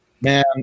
Man